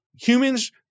humans